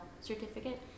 certificate